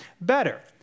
better